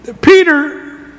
Peter